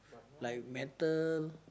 like metal